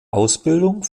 ausbildung